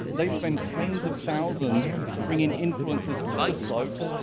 they spend tens of thousands bringing influencers to the slopes,